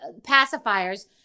pacifiers